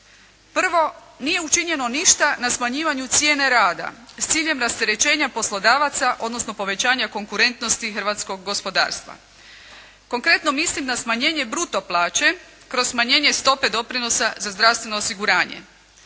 Prvo, nije učinjeno ništa na smanjivanju cijene rada, s ciljem rasterećenja poslodavaca, odnosno povećanja konkurentnosti hrvatskog gospodarstva. Konkretno mislim na smanjenje bruto plaće, kroz smanjenje stope doprinosa za zdravstveno osiguranje.